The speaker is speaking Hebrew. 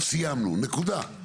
סיימנו, נקודה.